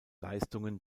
leistungen